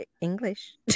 English